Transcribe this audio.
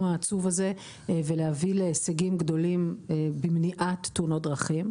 העצוב הזה ולהביא להישגים גדולים במניעת תאונות דרכים,